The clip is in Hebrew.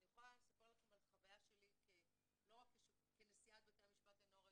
אני יכולה לספר לכם על חוויה שלי לא רק כנשיאת בתי המשפט לנוער,